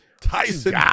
Tyson